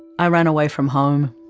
ah ran away from home.